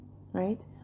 right